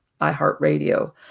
iHeartRadio